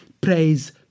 praise